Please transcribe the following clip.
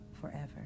forever